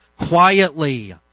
quietly